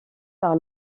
par